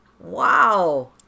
Wow